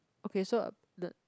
okay so the